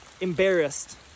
embarrassed